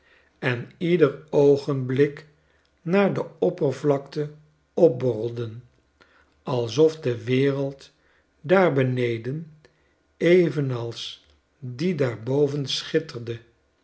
en ieder oogenblik naar de oppervlakte opborrelden alsof de wereld daar beneden evenals die daarboven schitterde